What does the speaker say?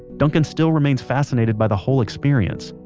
duncan still remains fascinated by the whole experience,